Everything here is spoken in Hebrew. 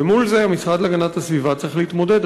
ועם זה המשרד להגנת הסביבה צריך להתמודד.